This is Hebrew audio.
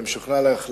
אני משוכנע לחלוטין